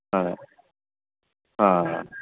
ਹਾਂ ਹਾਂ